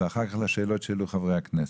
ואחר כך לשאלות שהעלו חברי הכנסת.